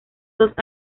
dos